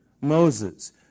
Moses